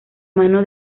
mano